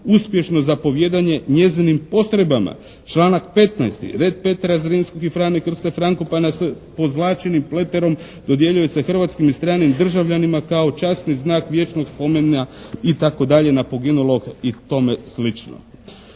uspješno zapovijedanje njezinim postrojbama. Članak 15. red Petra Zrinskog i Frane Krste Frankopana s pozlaćenim pleterom dodjeljuje se hrvatskim i stranim državljanima kao časni znak vječnog spomena itd. na poginulog i tome slično.